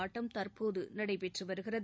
ஆட்டம் தற்போது நடைபெற்று வருகிறது